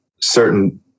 certain